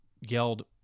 yelled